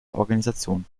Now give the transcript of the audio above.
organisation